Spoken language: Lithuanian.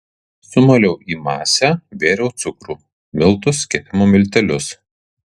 sumaliau į masę bėriau cukrų miltus kepimo miltelius